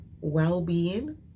well-being